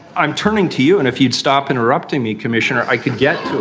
i'm turning to you. and if you'd stop. interrupting me, commissioner, i could get to